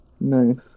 Nice